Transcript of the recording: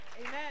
Amen